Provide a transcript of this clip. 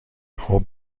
خوب